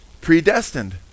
Predestined